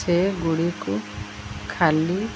ସେଗୁଡ଼ିକୁ ଖାଲି